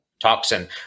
toxin